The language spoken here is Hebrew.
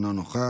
אינו נוכח,